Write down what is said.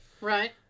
Right